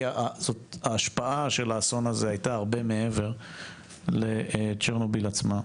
כי ההשפעה של האסון הזה הייתה הרבה מעבר לצ'רנוביל עצמה.